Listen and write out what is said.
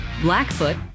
Blackfoot